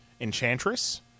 Enchantress